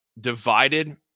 divided